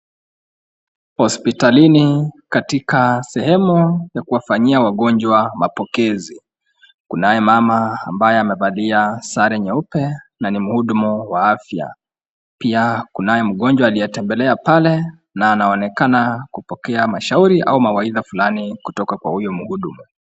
Hospitalini katika sehemu ya kuwafanyia wagonjwa mapokezi, kunaye mama ambaye amevalia sare nyeupe na ni mhudumu wa afya. Pia kunaye mgonjwa aliyetembelea pale na anaonekana kupokea mashauri au mawaidha fulani kutoka kwa huyo mhudumu.